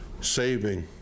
saving